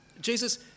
Jesus